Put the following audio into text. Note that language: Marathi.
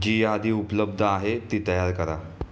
जी यादी उपलब्ध आहे ती तयार करा